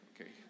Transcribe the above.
okay